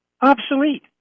obsolete